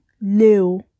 leo